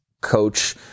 coach